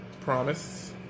promise